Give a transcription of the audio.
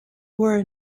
were